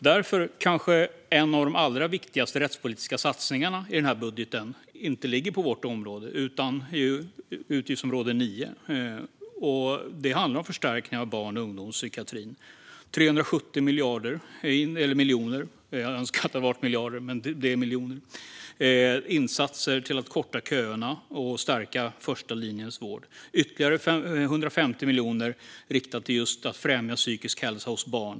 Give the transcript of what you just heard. Därför kanske en av de allra viktigaste rättspolitiska satsningarna i budgeten inte ligger på vårt område utan på utgiftsområde 9, nämligen på förstärkning av barn och ungdomspsykiatrin. Det är fråga om 370 miljoner - jag hade önskat att det var miljarder - i insatser för att korta köerna och stärka första linjens vård. Ytterligare 150 miljoner är riktade till att främja psykisk hälsa hos barn.